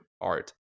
art